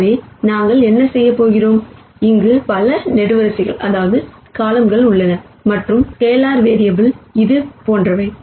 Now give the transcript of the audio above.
எனவே நாங்கள் என்ன செய்கிறோம் இங்கு பல காலம்கள் உள்ளன மற்றும் ஸ்கேலார் மாறிலிகள் இது போன்றவை